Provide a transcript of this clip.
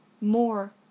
more